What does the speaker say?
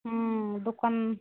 ହୁଁ ଦୋକାନ